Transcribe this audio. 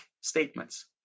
statements